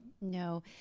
No